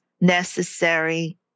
necessary